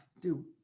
dude